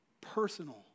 personal